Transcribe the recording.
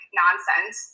nonsense